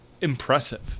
impressive